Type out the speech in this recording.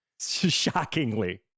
Shockingly